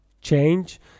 change